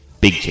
Big